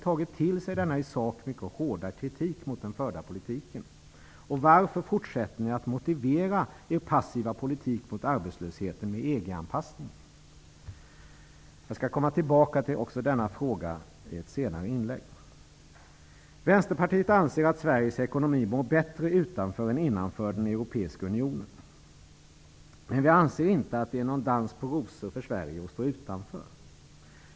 Jag skall komma tillbaka till denna fråga i ett senare inlägg. Vänsterpartiet anser att Sveriges ekonomi mår bättre utanför än innanför den Europeiska unionen. Men vi anser inte att det är någon dans på rosor för Sverige att stå utanför.